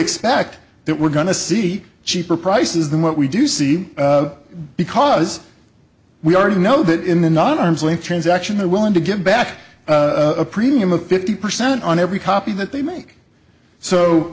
expect that we're going to see cheaper prices than what we do see because we already know that in the non arm's length transaction they're willing to give back a premium of fifty percent on every copy that they make so